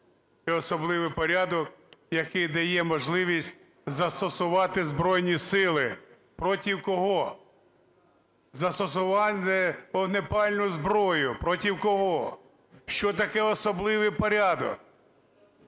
особливий порядок, який дає можливість застосувати Збройні Сили. Проти кого? Застосувати вогнепальну зброю. Проти кого? Що таке "особливий порядок"?